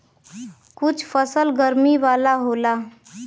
कुछ फसल गरमी वाला होला